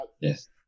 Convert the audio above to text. yes